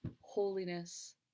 holiness